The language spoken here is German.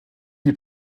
die